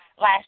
last